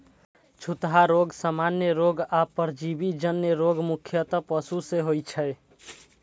छूतहा रोग, सामान्य रोग आ परजीवी जन्य रोग मुख्यतः पशु मे होइ छै